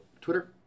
Twitter